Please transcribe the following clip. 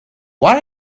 what